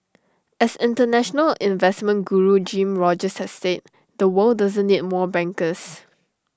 as International investment Guru Jim Rogers has said the world doesn't need more bankers